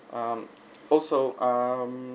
um also um